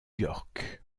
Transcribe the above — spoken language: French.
york